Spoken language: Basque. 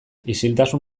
isiltasun